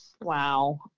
Wow